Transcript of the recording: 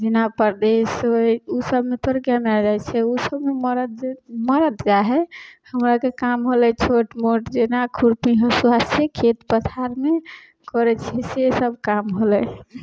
जेना परदेस होइ ओसबमे थोड़के नहि जाइ छै ओसबमे मरद मरद जाइ हइ हमराके काम होलै छोट मोट जेना खुरपी हँसुआसे खेत पथारमे करै छिए से सब काम होलै